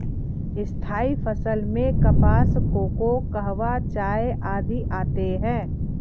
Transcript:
स्थायी फसल में कपास, कोको, कहवा, चाय आदि आते हैं